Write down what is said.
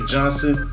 Johnson